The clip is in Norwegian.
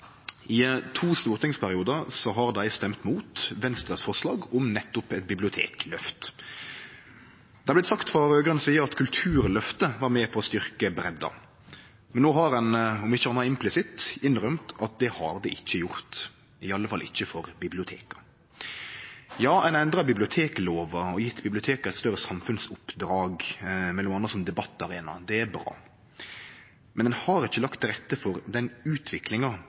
I to stortingsperiodar har dei stemt mot forslaga til Venstre om nettopp eit bibliotekløft. Det har vorte sagt frå raud-grøn side at Kulturløftet var med på å styrkje breidda. Men no har ein, om ikkje anna implisitt, innrømt at det har det ikkje gjort, i alle fall ikkje for biblioteka. Ja, ein har endra biblioteklova og gjeve biblioteka eit større samfunnsoppdrag, m.a. som debattarena. Det er bra. Men ein har ikkje lagt til rette for den utviklinga